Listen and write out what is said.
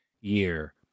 year